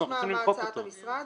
נשמע את הצעת המשרד.